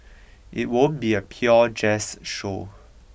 it won't be a pure jazz show